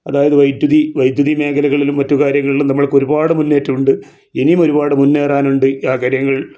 അതായത് വൈദ്യുതി വൈദ്യുതി മേഘലകളിലും മറ്റുകാര്യങ്ങളിലും നമൾക്കൊരുപാട് മുന്നേറ്റവുണ്ട് ഇനിയും ഒരുപാട് മുന്നേറാനുണ്ട് ആ കാര്യങ്ങൾ